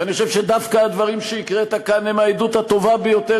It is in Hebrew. ואני חושב שדווקא הדברים שהקראת כאן הם העדות הטובה ביותר